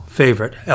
favorite